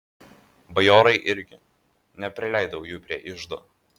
bajorai irgi neprileidau jų prie iždo